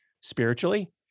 spiritually